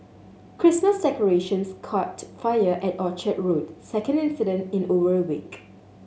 Christmas decorations caught fire at Orchard Road second incident in over a week